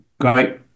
Great